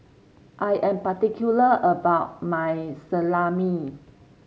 I am particular about my Salami